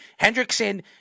Hendrickson